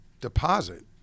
deposit